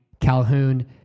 Calhoun